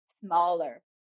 smaller